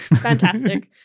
Fantastic